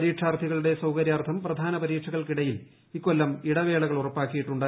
പരീക്ഷാർത്ഥികളുടെ സൌകര്യാർത്ഥം പ്രധാന പരീക്ഷകൾക്കിടയിൽ ഇക്കൊല്ലം ഇടവേളകൾ ഉറപ്പാക്കിയിട്ടുണ്ട്